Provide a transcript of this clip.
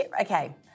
okay